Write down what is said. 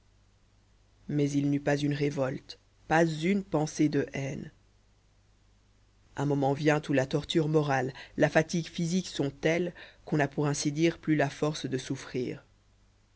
mais il n'eut pas une révolte pas une pensée de haine un moment vient où la torture morale la fatigue physique sont telles qu'on n'a pour ainsi dire plus la force de souffrir